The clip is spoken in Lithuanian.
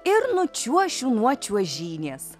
ir nučiuošiu nuo čiuožynės